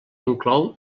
inclou